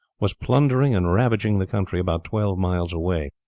was plundering and ravaging the country about twelve miles away.